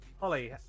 Holly